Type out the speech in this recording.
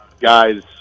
guys